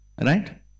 Right